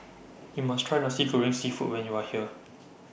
YOU must Try Nasi Goreng Seafood when YOU Are here